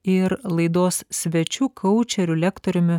ir laidos svečių kaučeriu lektoriumi